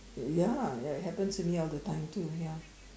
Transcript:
ya ya it happens to me all the time too ya